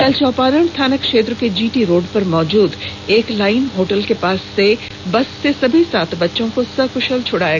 कल चौपारण थाना क्षेत्र के जीटी रोड पर मौजूद एक लाइन होटल के पास से बस से सभी सात बच्चों को सक्शल छुड़ाया